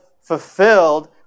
fulfilled